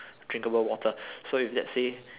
drinkable water so if let's say